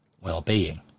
well-being